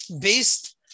based